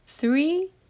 three